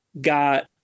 got